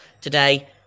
today